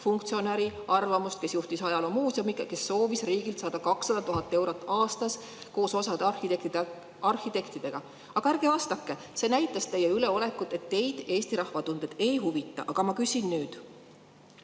funktsionääri arvamust, kes juhtis ajaloomuuseumi, kes soovis riigilt saada 200 000 eurot aastas, koos osa arhitektidega. Aga ärge vastake! See näitas teie üleolekut ja seda, et teid Eesti rahva tunded ei huvita. Aga ma küsin nüüd.